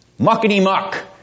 muckety-muck